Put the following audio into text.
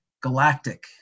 Galactic